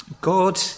God